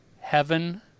Heaven